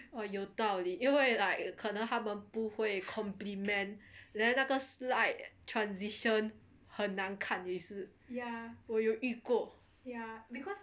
oh 有道理因为 like the 可能他们不会 compliment then 那个 slide transition 很难看也是我有遇过